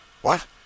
What